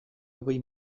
hogei